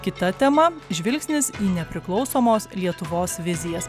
kita tema žvilgsnis į nepriklausomos lietuvos vizijas